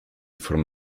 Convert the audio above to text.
from